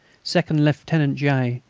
second-lieutenant j,